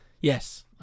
Yes